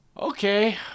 okay